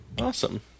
Awesome